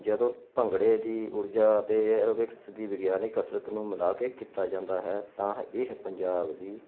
ਜਦੋਂ ਭੰਗੜੇ ਦੀ ਊਰਜਾ ਤੇ ਐਰੋਬਿਕਸ ਦੀ ਵਿਗਿਆਨਿਕ ਕਸਰਤ ਨੂੰ ਮਿਲਾ ਕੇ ਕੀਤਾ ਜਾਂਦਾ ਹੈ ਤਾਂ ਇਹ ਪੰਜਾਬ ਦੀ